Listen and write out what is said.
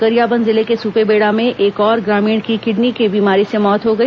गरियाबंद जिले के सुपेबेड़ा में एक और ग्रामीण की किडनी की बीमारी से मौत हो गई